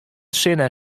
sinne